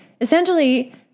essentially